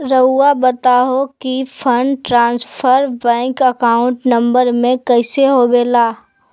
रहुआ बताहो कि fund transfer bank account number में कैसे होबेला?